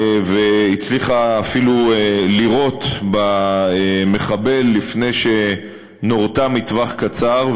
והצליחה אפילו לירות במחבל לפני שנורתה מטווח קצר,